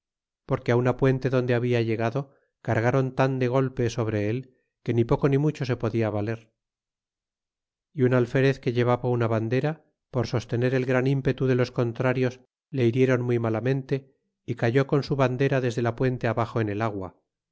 porque una puente donde habla llegado cargaron tan de golpe sobre él que ni poco ni mucho se podia valer un alferez que llevaba una bandera por sostener el gran ímpetu de los contrarios le hirieron muy malamente y cayó con su bandera desde la puente abaxo en el agua